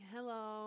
Hello